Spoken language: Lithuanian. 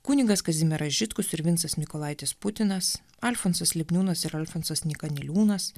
kunigas kazimieras žitkus ir vincas mykolaitis putinas alfonsas lipniūnas ir alfonsas nyka niliūnas